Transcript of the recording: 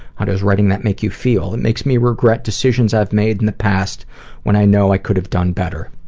how does writing that make you feel? it makes me regret decisions i've made in the past when i know i could have done better.